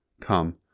Come